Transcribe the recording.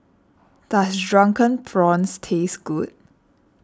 does Drunken Prawns taste good